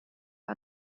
för